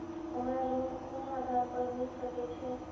हमरा लोन कोन आधार पर मिल सके छे?